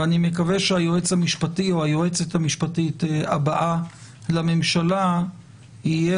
ואני מקווה שהיועץ המשפטי או היועצת המשפטי הבאים לממשלה יהיה